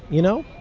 you know?